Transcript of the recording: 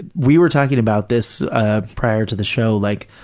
we were talking about this ah prior to the show, like,